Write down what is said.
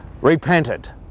repented